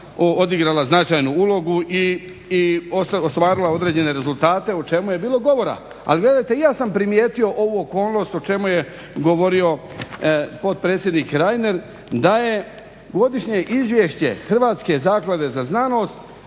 odigrala značajnu ulogu i ostvarila određene rezultate o čemu je bilo govora. Ali gledajte i ja sam primijetio ovu okolnost o čemu je govorio potpredsjednik Reiner da je godišnje izvješće Hrvatske zaklade za znanost